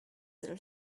sell